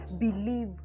believe